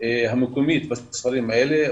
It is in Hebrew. המקומית בספרים האלה.